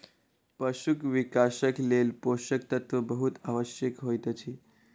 पशुक विकासक लेल पोषक तत्व बहुत आवश्यक होइत अछि